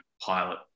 pilot